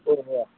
சரிங்க